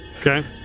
Okay